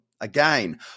Again